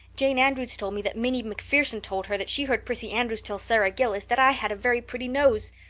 jane andrews told me that minnie macpherson told her that she heard prissy andrews tell sara gillis that i had a very pretty nose.